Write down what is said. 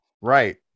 Right